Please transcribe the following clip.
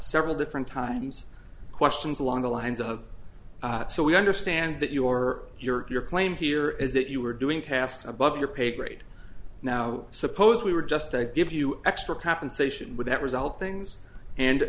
several different times questions along the lines of so we understand that your your claim here is that you were doing tasks above your pay grade now suppose we were just to give you extra compensation without result things and